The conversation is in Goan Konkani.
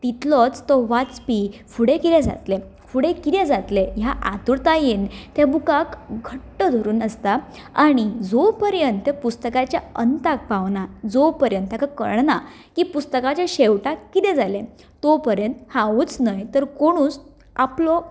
तितलोच तो वाचपी फुडें कितें जातलें फुडें कितें जातलें ह्या आतुरतायेन ते बुकाक घट्ट धरून आसता आनी जो पर्यंत पुस्तकाचे अंताक पावना जो पर्यंत तेका कळना की पुस्तकाच्या शेवटाक कितें जालें तो पर्यांत हांवूच न्हय तर कोणूच आपलो